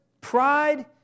pride